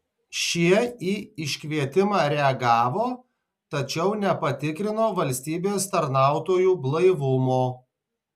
šie į iškvietimą reagavo tačiau nepatikrino valstybės tarnautojų blaivumo